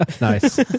Nice